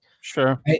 Sure